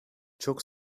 çok